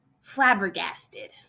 flabbergasted